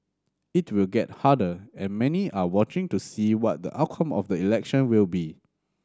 it will get harder and many are watching to see what the outcome of the election will be